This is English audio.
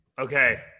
Okay